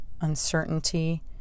uncertainty